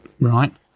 Right